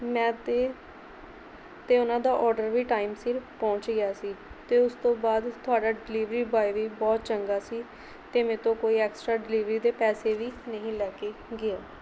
ਮੈਂ ਅਤੇ ਅਤੇ ਉਹਨਾਂ ਦਾ ਔਡਰ ਵੀ ਟਾਈਮ ਸਿਰ ਪਹੁੰਚ ਗਿਆ ਸੀ ਅਤੇ ਉਸ ਤੋਂ ਬਾਅਦ ਤੁਹਾਡਾ ਡਿਲੀਵਰੀ ਬੋਆਏ ਵੀ ਬਹੁਤ ਚੰਗਾ ਸੀ ਅਤੇ ਮੇਰੇ ਤੋਂ ਕੋਈ ਐਕਸਟਰਾ ਡਿਲੀਵਰੀ ਦੇ ਪੈਸੇ ਵੀ ਨਹੀਂ ਲੈ ਕੇ ਗਿਆ